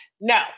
no